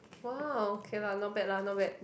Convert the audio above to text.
!wow! okay lah not bad lah not bad